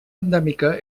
endèmica